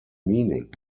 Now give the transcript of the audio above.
meaning